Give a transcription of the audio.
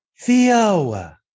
Theo